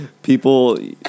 People